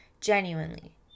genuinely